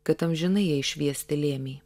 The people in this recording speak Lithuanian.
kad amžinai jai šviesti lėmei